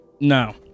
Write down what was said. No